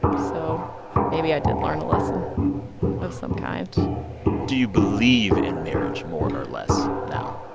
so maybe i did learn a lesson of some kind do you believe in marriage more or less now?